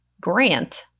grant